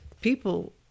people